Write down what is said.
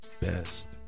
best